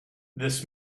this